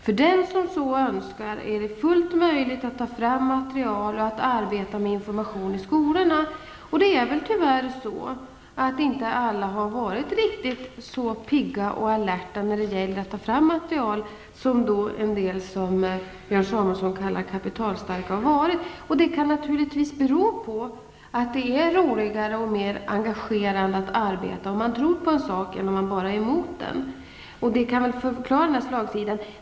Det är fullt möjligt för den som så önskar att ta fram material och arbeta med information i skolorna. Alla har väl tyvärr inte varit riktigt så pigga och alerta när det gäller att ta fram material som en del, som Björn Samuelson kallar kapitalstarka, har varit. Det kan naturligtvis bero på att det är roligare och mer engagerande att arbeta om man tror på en sak, än om man bara är emot den. Detta kan kanske förklara den här slagsidan.